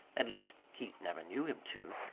at least, keith never knew him to.